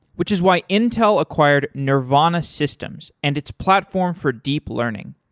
which is why intel acquired nervana systems and its platform for deep learning.